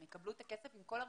הם יקבלו את הכסף עם כל הריבית.